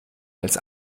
als